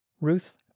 ruth